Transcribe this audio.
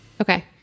okay